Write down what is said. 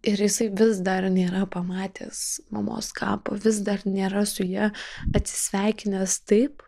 ir jisai vis dar nėra pamatęs mamos kapo vis dar nėra su ja atsisveikinęs taip